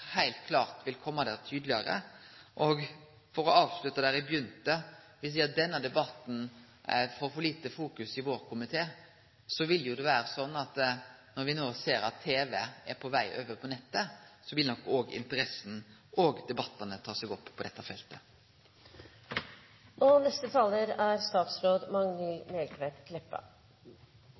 heilt klart vil kome tydelegare fram. For å avslutte der eg begynte: Me ser at denne debatten i vår komité får for lite fokus, men så vil det vere sånn at når me no ser at tv er på veg over på nett, vil nok òg interessa og debattane ta seg opp på dette feltet. Norsk breibandspolitikk er